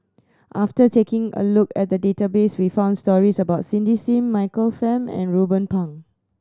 after taking a look at the database we found stories about Cindy Sim Michael Fam and Ruben Pang